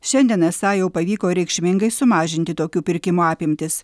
šiandien esą jau pavyko reikšmingai sumažinti tokių pirkimų apimtis